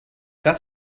got